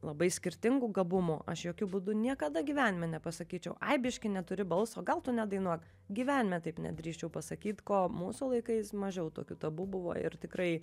labai skirtingų gabumų aš jokiu būdu niekada gyvenime nepasakyčiau ai biški neturi balso gal tu nedainuok gyvenime taip nedrįsčiau pasakyt ko mūsų laikais mažiau tokių tabu buvo ir tikrai